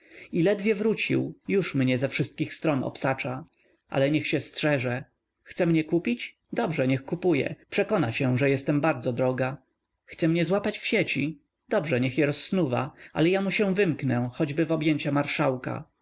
i ledwie wrócił już mnie ze wszystkich stron obsacza ale niech się strzeże chce mnie kupić dobrze niech kupuje przekona się że jestem bardzo droga chce mnie złapać w sieci dobrze niech je rozsnuwa ale ja mu się wymknę choćby w objęcia marszałka